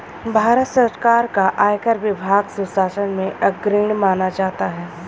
भारत सरकार का आयकर विभाग सुशासन में अग्रणी माना जाता है